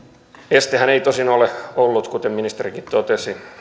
estehän ei tosin ole ollut kuten ministerikin totesi